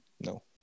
no